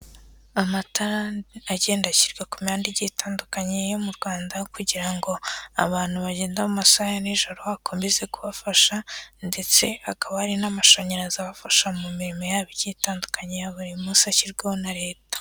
Amatara agenda ashyirwa ku mihanda igiye itandukanye yo mu Rwanda kugira ngo abantu bagende mu masaha ya nijoro bakomeze kubafasha, ndetse hakaba hari n'amashanyarazi abafasha mu mirimo yabo itandukanye ya buri munsi ashyirwaho na leta.